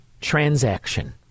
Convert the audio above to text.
transaction